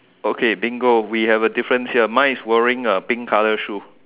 okay bingo we have a difference here mine is wearing a pink colour shoe